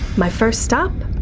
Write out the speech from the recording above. my first stop,